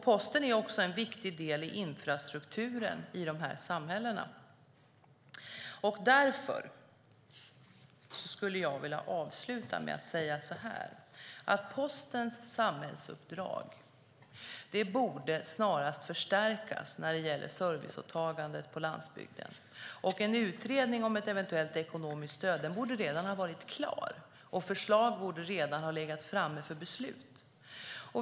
Posten är också en viktig del av infrastrukturen i de här samhällena. Därför skulle jag vilja avsluta med att säga så här: Postens samhällsuppdrag borde snarast förstärkas när det gäller serviceåtagandet på landsbygden. En utredning om ett eventuellt ekonomiskt stöd borde redan ha varit klar, och förslag borde redan ha legat framme för beslut.